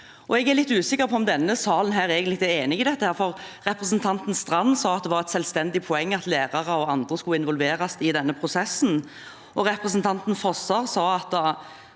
Jeg er litt usikker på om denne salen egentlig er enig i det, for representanten Strand sa at det var et selvstendig poeng at lærere og andre skulle involveres i denne prosessen, og representanten Fosser sa at